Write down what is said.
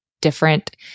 different